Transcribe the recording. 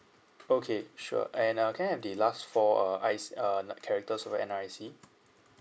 okay sure and uh can I have the last four uh I_C uh characters of your N_R_I_C